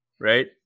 Right